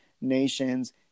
nations